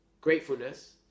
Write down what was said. gratefulness